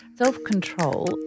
Self-control